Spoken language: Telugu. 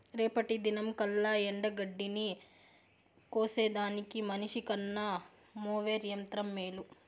రేపటి దినంకల్లా ఎండగడ్డిని కోసేదానికి మనిసికన్న మోవెర్ యంత్రం మేలు